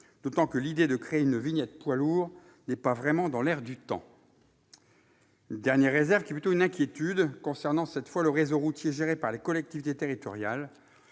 d'autant que l'idée de créer une vignette poids lourds n'est pas vraiment dans l'air du temps. Une dernière réserve, qui est plutôt une inquiétude, concerne cette fois le réseau routier géré par les collectivités territoriales.